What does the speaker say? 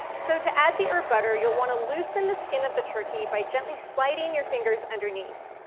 so to add the herb butter, you'll wanna loosen the skin of the turkey by gently sliding your fingers underneath.